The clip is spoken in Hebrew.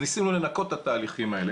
ניסינו לנקות את התהליכים האלה,